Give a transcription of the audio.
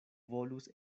volus